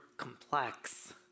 complex